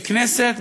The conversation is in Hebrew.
ככנסת,